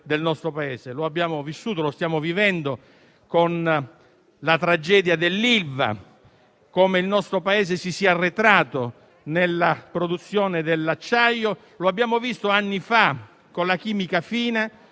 Lo abbiamo vissuto e lo stiamo vivendo con la tragedia dell'Ilva - constatando come il nostro Paese sia arretrato nella produzione dell'acciaio - e lo abbiamo visto anni fa con la chimica fine